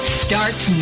starts